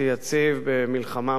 במלחמה מתמדת.